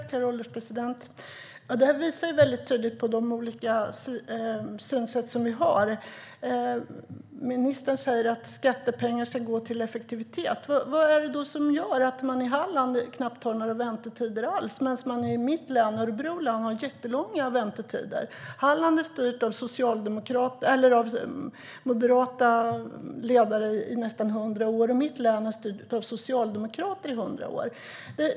Herr ålderspresident! Det här visar tydligt på de olika synsätt vi har. Ministern säger att skattepengar ska gå till effektivitet. Vad är det då som gör att man i Halland knappt har några väntetider alls medan man i mitt län, Örebro län, har jättelånga väntetider? Halland har styrts av moderater i nästan hundra år, och mitt län har styrts av socialdemokrater i hundra år.